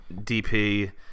DP